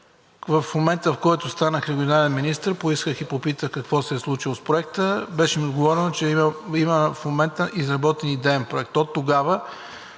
В момента, в който станах регионален министър, поисках и попитах какво се е случило с проекта – беше ми отговорено, че има изработен идеен проект. Оттогава